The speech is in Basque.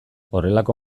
horrelako